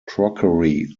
crockery